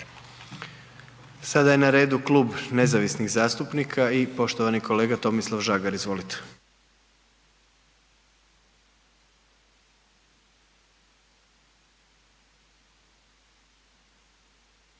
Sada je na redu Klub nezavisnih zastupnika i poštovani kolega Tomislav Žagar.